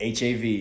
HAV